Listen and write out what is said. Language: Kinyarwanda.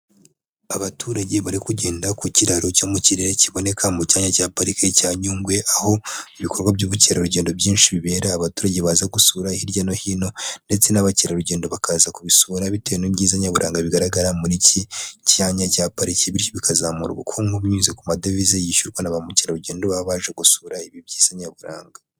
Abaturage barikugenda ku kiraro cyo mu kirere kiboneka mu cyanya cya pariki cya Nyungwe aho ibikorwa by'ubukerarugendo byinshi bibera. Abaturage baza gusura hirya no hino ndetse n'abakerarugendo bakaza kubisura bitewe n'ibyiza nyaburanga bigaragara muri iki cyanya cya pariki. Bityo bikazamura ubukungu binyuze ku madovize yishyurwa na ba mukerarugendo baba baje gusura ibi byiza nyaburanga.